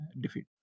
defeat